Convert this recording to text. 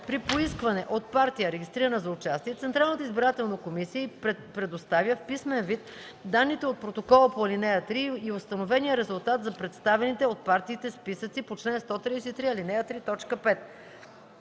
При поискване от коалиция, регистрирана за участие, Централната избирателна комисия й предоставя в писмен вид данните от протокола по ал. 3 и установения резултат за представените от коалицията списъци по чл. 140, ал. 3,